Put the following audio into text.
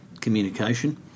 communication